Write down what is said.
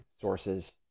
sources